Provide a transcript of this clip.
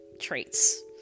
traits